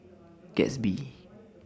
Gatsby